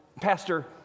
Pastor